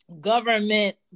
government